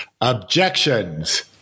objections